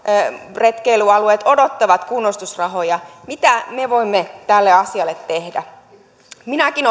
retkeilyalueet odottavat kunnostusrahoja mitä me voimme tälle asialle tehdä minäkin